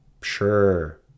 Sure